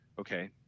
Okay